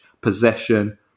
possession